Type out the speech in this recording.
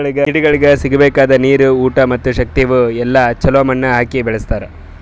ಗಿಡಗೊಳಿಗ್ ಸಿಗಬೇಕಾದ ನೀರು, ಊಟ ಮತ್ತ ಶಕ್ತಿ ಇವು ಎಲ್ಲಾ ಛಲೋ ಮಣ್ಣು ಹಾಕಿ ಬೆಳಸ್ತಾರ್